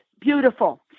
beautiful